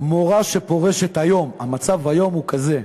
מורה שפורשת היום, המצב היום הוא כזה: